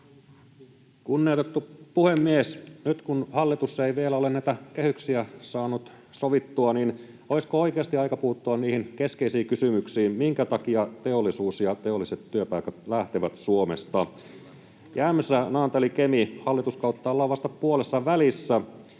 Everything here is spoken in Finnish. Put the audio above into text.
Kunnioitettu puhemies! Nyt kun hallitus ei vielä ole näitä kehyksiä saanut sovittua, niin olisiko oikeasti aika puuttua niihin keskeisiin kysymyksiin, minkä takia teollisuus ja teolliset työpaikat lähtevät Suomesta? Jämsä, Naantali, Kemi. Hallituskautta ollaan vasta puolessavälissä.